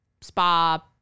spa